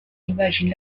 imagine